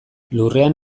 lurrean